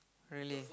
really